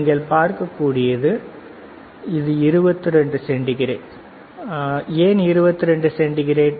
நீங்கள் பார்க்கக்கூடியது இது 22 டிகிரி சென்டிகிரேட் ஏன் 22 டிகிரி சென்டிகிரேட்